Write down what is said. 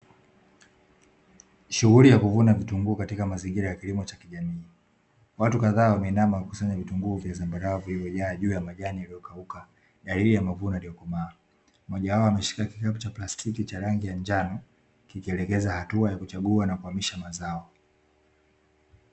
Shughuli ya kuvuna vitunguu katika mazingira ya kilimo cha kigeni watu kadhaa wameinama wakivuna vutunguu vya zambarau juu ya majani yalionyauka dalili ya mavuni yaliokomaa. Mmoja wapo ameishika kikapu cha plastiki cha rangi ya njano kikielekeza hakltua ya kuchagua na kuelekeza mazao.